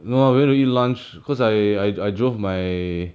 no lah we went to eat lunch cause I I drove my